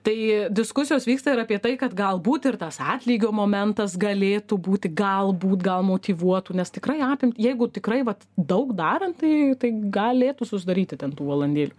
tai diskusijos vyksta ir apie tai kad galbūt ir tas atlygio momentas galėtų būti galbūt gal motyvuotų nes tikrai apim jeigu tikrai vat daug darant tai tai galėtų susidaryti ten tų valandėlių